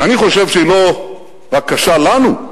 אני חושב שהיא לא רק קשה לנו,